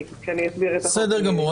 בסדר גמור.